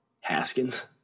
Haskins